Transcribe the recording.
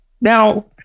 Now